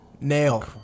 Nail